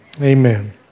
Amen